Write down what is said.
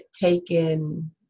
taken